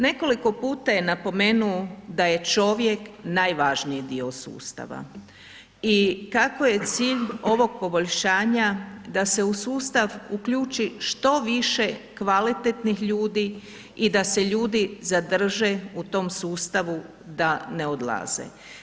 Nekoliko puta je napomenuo da je čovjek najvažniji dio sustava i kako je cilj ovog poboljšanja da se u sustav uključi što više kvalitetnih ljudi i da se ljudi zadrže u tom sustavu da ne odlaze.